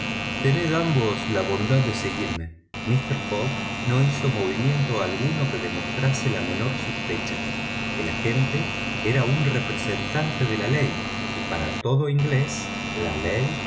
tened ambos la bondad de seguirme mister fogg no hizo movimiento alguno que demostrase la menor sospecha el agente era un representante de la ley y para todo inglés la ley